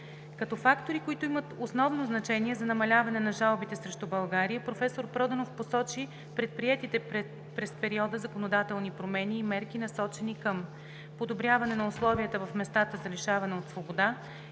Като фактори, които имат основно значение за намаляване на жалбите срещу България, професор Проданов посочи предприетите през периода законодателни промени и мерки, насочени към: - подобряване на условията в местата за лишаване от свобода